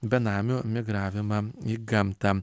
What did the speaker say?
benamių migravimą į gamtą